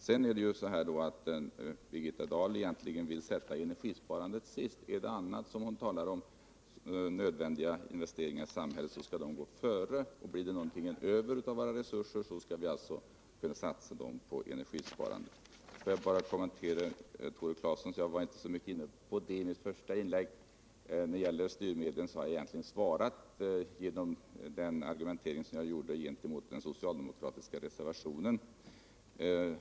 Birgitta Dahl vill egentligen sätta energisparandet sist. Hon vill att många andra investeringar i samhället, som hon tycker är nödvändiga, skall gå före. Blir det sedan något över på våra resurser, så kan de sättas in på energisparandet. Får jag sedan till sist också något kommentera vad Tore Claeson sade. Beträffande styrmedlen, som jag inte gick så mycket in på i mitt första inlägg, har jag egentligen besvarat hans fråga genom den argumentering som jag hade mot den socialdemokratiska reservationen.